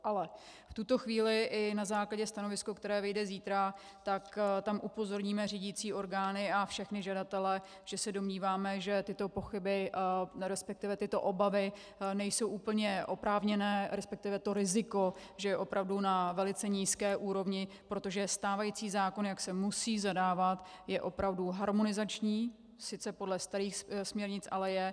Ale v tuto chvíli i na základě stanoviska, které vyjde zítra, tak tam upozorníme řídicí orgány a všechny žadatele, že se domníváme, že tyto pochyby, respektive tyto obavy nejsou úplně oprávněné, respektive to riziko že je opravdu na velice nízké úrovni, protože stávající zákon, jak se musí zadávat, je opravdu harmonizační, sice podle starých směrnic, ale je.